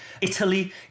Italy